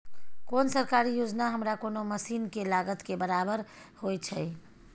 कोन सरकारी योजना हमरा कोनो मसीन के लागत के बराबर होय छै?